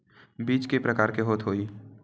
बीज के प्रकार के होत होही?